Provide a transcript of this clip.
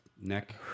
neck